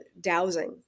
dowsing